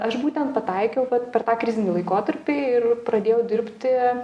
aš būtent pataikiau vat per tą krizinį laikotarpį ir pradėjau dirbti